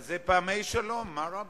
אז זה פעמי שלום, מה רע בכך?